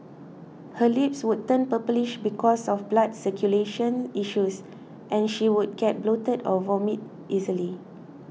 her lips would turn purplish because of blood circulation issues and she would get bloated or vomit easily